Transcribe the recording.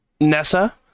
Nessa